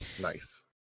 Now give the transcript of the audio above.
Nice